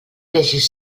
deixes